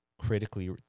critically